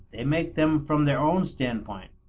they make them from their own standpoint,